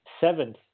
seventh